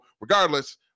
regardless